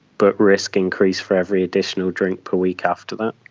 but risk increased for every additional drink per week after that.